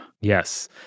Yes